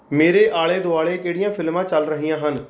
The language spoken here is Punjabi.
ਮੇਰੇ ਆਲੇ ਦੁਆਲੇ ਕਿਹੜੀਆਂ ਫਿਲਮਾਂ ਚੱਲ ਰਹੀਆਂ ਹਨ